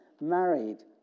married